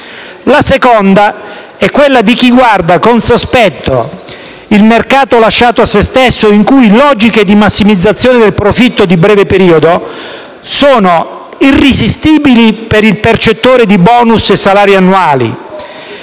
La seconda è quella di chi guarda con sospetto il mercato lasciato a se stesso, in cui logiche di massimizzazione del profitto di breve periodo sono irresistibili per il percettore di *bonus* e salari annuali,